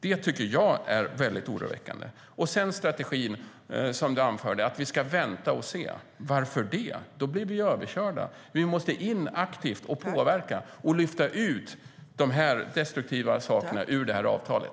Det tycker jag är väldigt oroväckande. Strategin du anförde, att vi ska vänta och se - varför det? Då blir vi ju överkörda. Vi måste in och påverka aktivt och lyfta ut de här destruktiva sakerna ur avtalet.